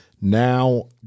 Now